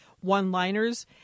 one-liners